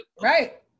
Right